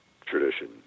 tradition